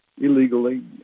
illegally